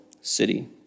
city